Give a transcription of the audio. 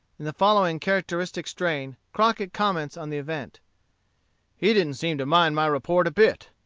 in the following characteristic strain crockett comments on the event he didn't seem to mind my report a bit.